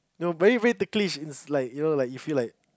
no but it's very ticklish is like you know like you feel like